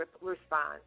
respond